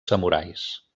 samurais